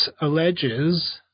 alleges